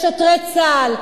לשוטרי צה"ל,